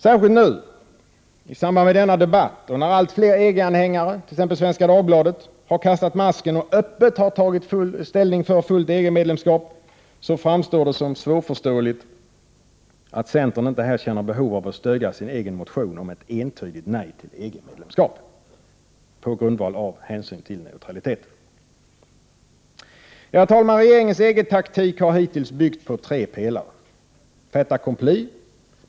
Särskilt nu, i samband med denna debatt och när allt fler EG-anhängare, t.ex. Svenska Dagbladet, har kastat masken och öppet tagit ställning för fullt EG-medlemskap, är det svårförståeligt att centern inte känner behov av att stödja sin egen motion om ett entydigt nej till EG-medlemskap på grundval av hänsyn till neutraliteten. Herr talman! Regeringens EG-taktik har hittills byggt på tre pelare, av vilka den första är fait accompli.